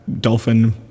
dolphin